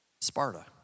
Sparta